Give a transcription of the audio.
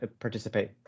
participate